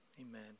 Amen